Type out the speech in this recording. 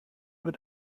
wird